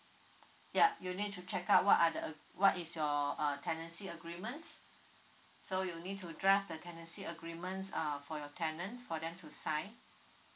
yup you need to check out what are the uh what is your uh tenancy agreements so you need to draft the tenancy agreement uh for your tenant for them to sign